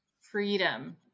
freedom